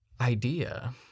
idea